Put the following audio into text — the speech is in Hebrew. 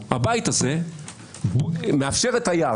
הבית הזה מאפשר את היער.